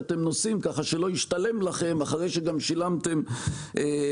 שאתם נוסעים כך שלא ישתלם לכם אחרי שגם שילמתם על